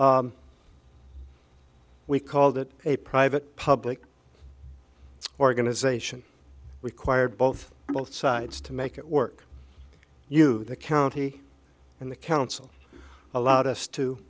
we called it a private public organization required both sides to make it work you the county and the council allowed us to